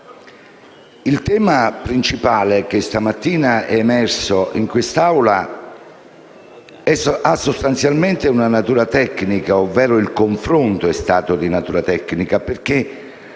il tema principale che stamattina è emerso in quest'Aula ha sostanzialmente una natura tecnica, ovvero il confronto è stato di natura tecnica,